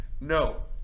No